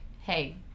hey